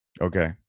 Okay